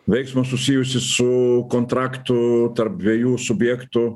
veiksmą susijusį su kontraktu tarp dviejų subjektų